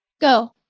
go